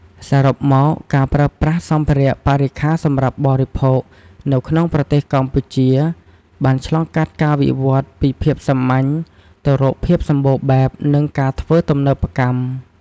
សរុបមក ការប្រើប្រាស់សម្ភារៈបរិក្ខារសម្រាប់បរិភោគនៅក្នុងប្រទេសកម្ពុជាបានឆ្លងកាត់ការវិវត្តន៍ពីភាពសាមញ្ញទៅរកភាពសម្បូរបែប និងការធ្វើទំនើបកម្ម។